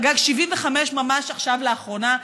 חגג 75 ממש עכשיו לאחרונה,